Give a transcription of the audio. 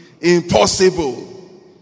impossible